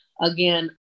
again